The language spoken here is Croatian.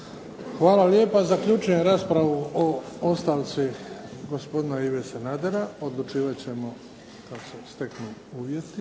Hvala lijepa. Zaključujem raspravu o ostavci gospodina Ive Sanadera. Odlučivat ćemo kad se steknu uvjeti.